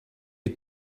est